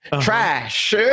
trash